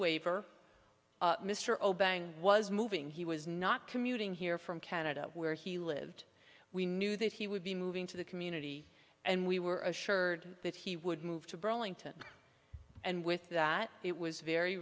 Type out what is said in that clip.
waiver mr obeying was moving he was not commuting here from canada where he lived we knew that he would be moving to the community and we were assured that he would move to burlington and with that it was very